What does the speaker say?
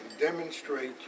demonstrate